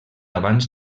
abans